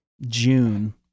June